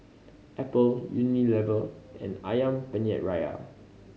Apple Unilever and Ayam Penyet Ria